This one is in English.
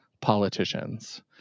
politicians